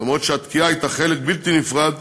למרות שהתקיעה היא חלק בלתי נפרד